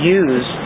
use